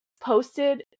posted